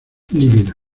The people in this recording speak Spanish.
lívida